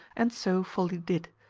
and so folly did,